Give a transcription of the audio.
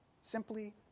simply